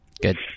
Good